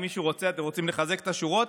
אם מישהו רוצה, אתם רוצים לחזק את השורות?